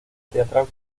teatral